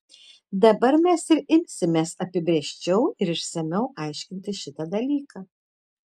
dabar mes ir imsimės apibrėžčiau ir išsamiau aiškinti šitą dalyką